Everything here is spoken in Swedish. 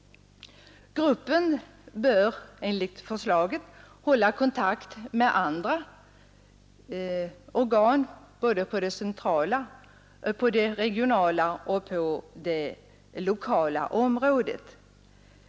Gruppen bör enligt förslaget hålla kontakt med organ med verksamhet på området på det centrala, regionala och på det lokala planet.